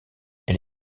elle